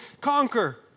Conquer